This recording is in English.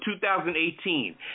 2018